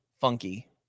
funky